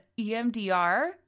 EMDR